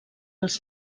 els